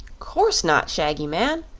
course not, shaggy man,